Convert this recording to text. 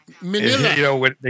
Manila